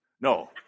No